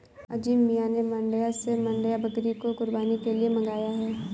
अजीम मियां ने मांड्या से मांड्या बकरी को कुर्बानी के लिए मंगाया है